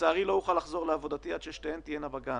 לצערי לא אוכל לחזור לעבודתי עד ששתיהן תהיינה בגן.